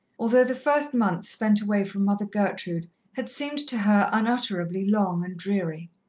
although the first months spent away from mother gertrude had seemed to her unutterably long and dreary.